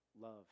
love